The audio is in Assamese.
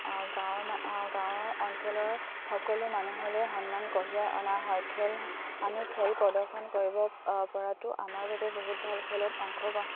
গাঁৱৰ গাঁৱৰ অঞ্চলৰ সকলো মানুহলৈ সন্মান কঢ়িয়াই অনা হয় খেল আমি খেল প্ৰদৰ্শন কৰিব পৰাতো আমাৰ বাবে বহুত ভাল খেলত অংশগ্ৰহণ